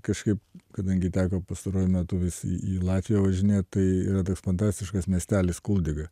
kažkaip kadangi dega pastaruoju metu vis į latviją važinėt tai fantastiškas miestelis kuldigas